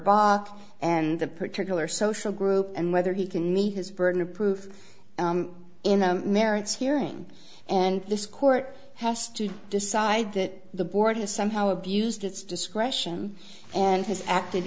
block and the particular social group and whether he can meet his burden of proof in the merits hearing and this court has to decide that the board has somehow abused its discretion and has act